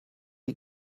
you